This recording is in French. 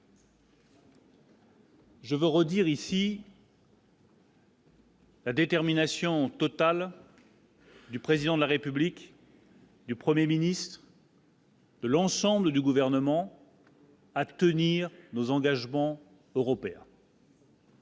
Je veux redire ici. La détermination totale. Du président de la République. Du 1er ministre. L'ensemble du gouvernement. à tenir nos engagements européens.